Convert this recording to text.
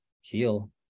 heal